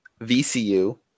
VCU